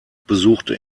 besuchte